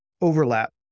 overlap